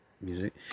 music